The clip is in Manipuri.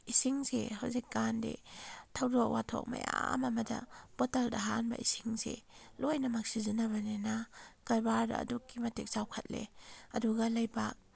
ꯏꯁꯤꯡꯁꯤ ꯍꯧꯖꯤꯛꯀꯥꯟꯗꯤ ꯊꯧꯗꯣꯛ ꯋꯥꯊꯣꯛ ꯃꯌꯥꯝ ꯑꯃꯗ ꯕꯣꯇꯜꯗ ꯍꯥꯟꯕ ꯏꯁꯤꯡꯁꯤ ꯂꯣꯏꯅꯃꯛ ꯁꯤꯖꯟꯅꯕꯅꯤꯅ ꯀꯔꯕꯥꯔꯗ ꯑꯗꯨꯛꯀꯤ ꯃꯇꯤꯛ ꯆꯥꯎꯈꯠꯂꯦ ꯑꯗꯨꯒ ꯂꯩꯕꯥꯛ